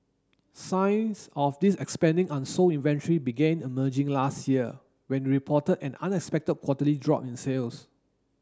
signs of its expanding unsold inventory began emerging last year when it reported an unexpected quarterly drop in sales